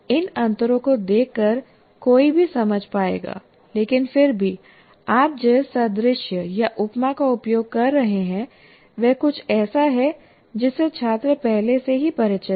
इन अंतरों को देखकर कोई भी समझ पाएगा लेकिन फिर भी आप जिस सादृश्य या उपमा का उपयोग कर रहे हैं वह कुछ ऐसा है जिससे छात्र पहले से ही परिचित हैं